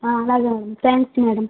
అలాగే madam thanks madam